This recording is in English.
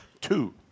two